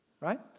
right